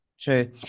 true